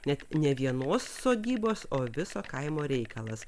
net ne vienos sodybos o viso kaimo reikalas